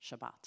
Shabbat